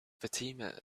fatima